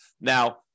Now